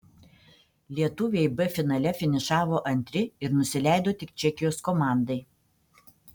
lietuviai b finale finišavo antri ir nusileido tik čekijos komandai